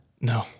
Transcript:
No